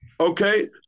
Okay